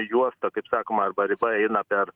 juosta kaip sakoma arba riba eina per